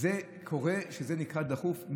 זה נקרא דחוף?